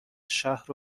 شهر